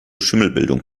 schimmelbildung